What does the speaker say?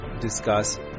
discuss